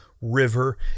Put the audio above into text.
River